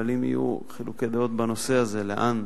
אבל אם יהיו חילוקי דעות בנושא הזה, לאן,